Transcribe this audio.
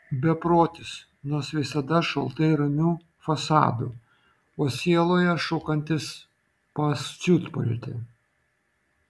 beprotis nes visada šaltai ramiu fasadu o sieloje šokantis pasiutpolkę